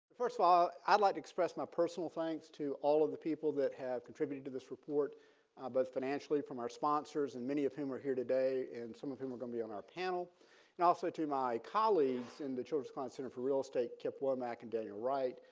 first of all, i'd like to express my personal thanks to all of the people that have contributed to this report both financially from our sponsors and many of whom are here today and some of whom are going to be on our panel and also to my colleagues in the childress klein center for real estate kip womack and daniel wright.